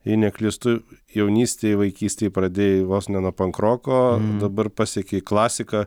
jei neklystu jaunystėj vaikystėj pradėjai vos ne nuo pankroko dabar pasiekei klasiką